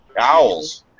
Owls